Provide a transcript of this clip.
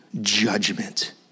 judgment